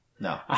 No